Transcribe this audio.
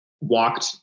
walked